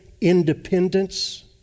independence